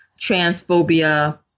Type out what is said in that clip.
transphobia